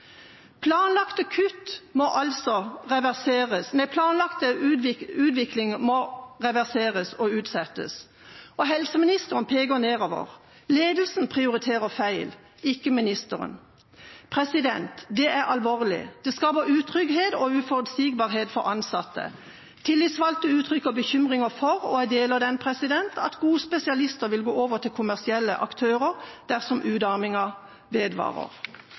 Planlagt utvikling må altså reverseres og utsettes. Og helseministeren peker nedover: Ledelsen prioriterer feil, ikke ministeren. Det er alvorlig. Det skaper utrygghet og uforutsigbarhet for ansatte. Tillitsvalgte uttrykker bekymring for – og jeg deler den – at gode spesialister vil gå over til kommersielle aktører dersom